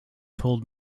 told